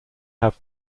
have